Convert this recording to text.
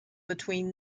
between